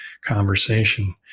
conversation